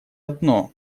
одно